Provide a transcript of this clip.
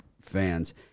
fans